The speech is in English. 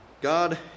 God